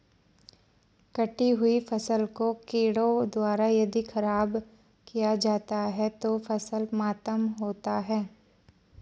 कटी हुयी फसल को कीड़ों द्वारा यदि ख़राब किया जाता है तो फसल मातम होता है